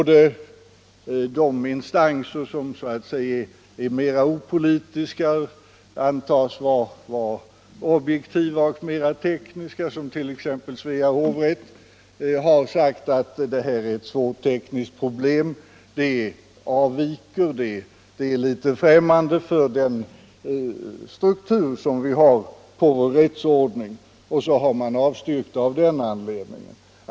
De så att säga mera opolitiska instanser som yttrar sig och som antas vara objektiva och mera tekniska, som t.ex. Svea hovrätt, har sagt att detta är ett svårt tekniskt och avvikande problem. Det är litet främmande för den struktur vi har på vår rättsordning. Och så har hovrätten avstyrkt förslaget av den anledningen.